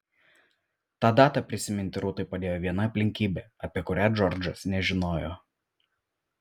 tą datą prisiminti rūtai padėjo viena aplinkybė apie kurią džordžas nežinojo